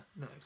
No